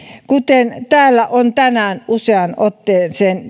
kuten täällä on tänään jo useaan otteeseen